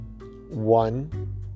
one